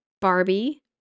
Barbie